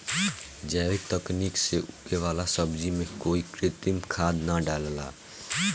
जैविक तकनीक से उगे वाला सब्जी में कोई कृत्रिम खाद ना डलाला